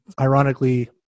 ironically